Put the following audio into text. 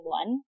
one